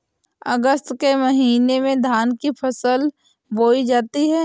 अगस्त के महीने में धान की फसल बोई जाती हैं